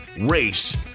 race